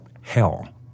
hell